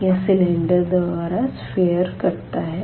यहाँ सिलेंडर द्वारा सफ़ियर कटता है